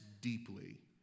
deeply